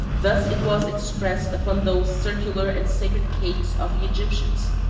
thus it was expressed upon those circular and sacred cakes of the egyptians,